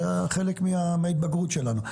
זה חלק מההתבגרות שלנו.